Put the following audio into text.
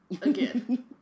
Again